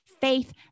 faith